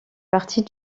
partie